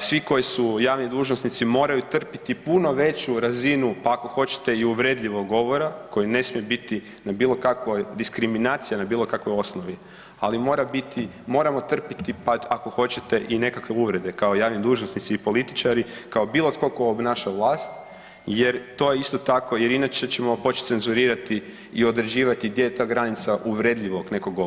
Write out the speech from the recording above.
svi koji su javni dužnosnici moraju trpiti puno veću razinu pa ako hoćete i uvredljivog govora koji ne smije biti na bilo kakvoj, diskriminacija na bilo kakvoj osnovi, ali mora biti, moramo trpiti pa ako hoćete i nekakve uvrede kao javni dužnosnici i političari, kao bilo tko tko obnaša vlast jer to je isto tako jer inače ćemo početi cenzurirati i određivati gdje je ta granica uvredljivog nekog govora.